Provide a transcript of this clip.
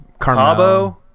Cabo